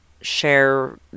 share